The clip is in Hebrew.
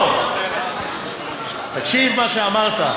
אמרת.